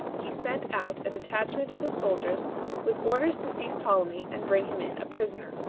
he sent out a detachment of his soldiers with orders to seize ptolemy and bring him in a prisoner.